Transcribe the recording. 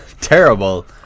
terrible